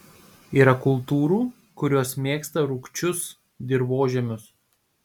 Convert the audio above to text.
yra kultūrų kurios mėgsta rūgčius dirvožemius